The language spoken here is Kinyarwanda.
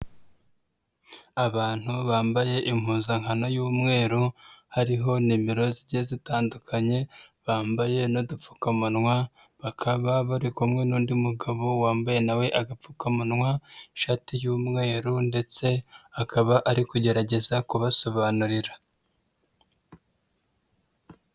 Abantu bambaye impuzankano y'umweru hariho nimero zi zitandukanye, bambaye n'dupfukamunwa, bakaba bari kumwe n'undi mugabo wambaye nawe agapfukamunwa, n'ishati y'umweru ndetse akaba ari kugerageza kubasobanurira.